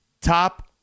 Top